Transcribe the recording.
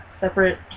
separate